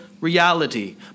reality